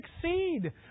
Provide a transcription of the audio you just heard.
succeed